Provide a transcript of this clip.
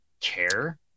care